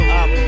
up